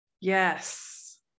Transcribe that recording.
Yes